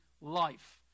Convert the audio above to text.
life